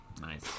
Nice